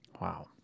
Wow